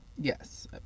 Yes